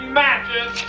matches